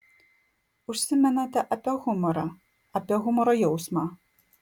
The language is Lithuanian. užsimenate apie humorą apie humoro jausmą